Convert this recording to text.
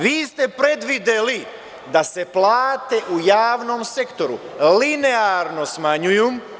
Vi ste predvideli da se plate u javnom sektoru linearno smanjuju.